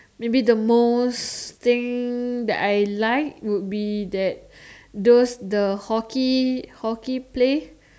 maybe the most thing that I like would be that those the hockey hockey place